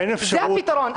זה הפתרון.